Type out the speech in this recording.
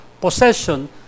possession